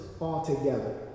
altogether